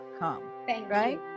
right